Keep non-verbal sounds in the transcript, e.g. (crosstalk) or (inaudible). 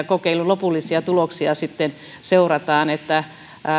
(unintelligible) kokeilun lopullisia tuloksia sitten seurataan